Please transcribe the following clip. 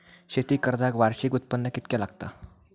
शेती कर्जाक वार्षिक उत्पन्न कितक्या लागता?